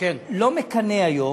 לא מקנא היום,